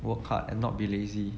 work hard and not be lazy